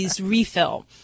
refill